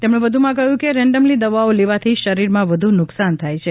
તેમણે વધુમાં કહ્યું કે રેન્ડમલી દવાઓ લેવાથી શરીરમાં વધુ નુકસાન થાય છે